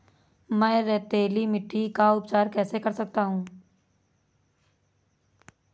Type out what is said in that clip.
मैं रेतीली मिट्टी का उपचार कैसे कर सकता हूँ?